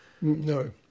no